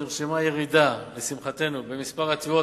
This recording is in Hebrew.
לשמחתנו נרשמה ירידה במספר התביעות